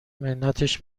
منتش